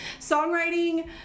songwriting